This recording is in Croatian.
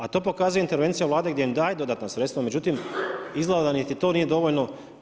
A to pokazuje intervencija vlade gdje im daje dodatna sredstva, međutim, izgleda dda niti to nije dovoljno.